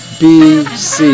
bc